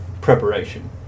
preparation